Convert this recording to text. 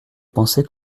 penser